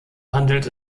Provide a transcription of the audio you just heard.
handelt